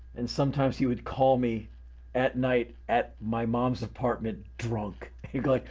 and sometimes he would call me at night at my mom's apartment drunk. he'd go like,